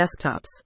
desktops